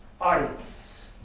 Audience